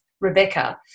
Rebecca